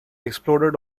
exploded